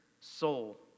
soul